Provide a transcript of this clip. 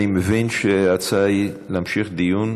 אני מבין שההצעה היא להמשך דיון,